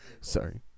Sorry